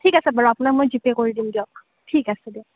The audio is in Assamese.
ঠিক আছে বাৰু আপোনাক মই জিপে' কৰি দিম দিয়ক ঠিক আছে দিয়ক